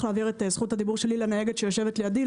להעביר את זכות הדיבור שלי לנהגת שיושבת לידי,